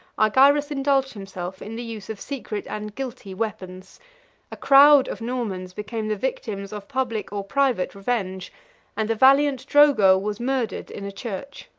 argyrus indulged himself in the use of secret and guilty weapons a crowd of normans became the victims of public or private revenge and the valiant drogo was murdered in a church.